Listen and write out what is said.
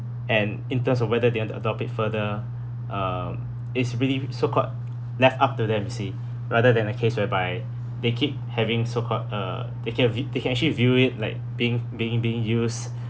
and in terms of whether they want to adopt it further um it's really so-called left up to them you see rather than a case whereby they keep having so-called uh they can vi~ they can actually view it like being being being used